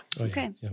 Okay